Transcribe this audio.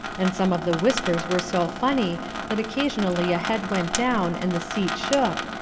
and some of the whispers were so funny that occasionally a head went down and the seat shook,